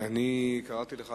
אני קראתי לך,